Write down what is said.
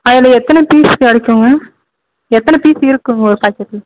அதில் எத்தனை பீஸ் கிடைக்குங்க எத்தனை பீஸ் இருக்குதுங்க ஒரு பாக்கெட்டில்